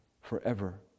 forever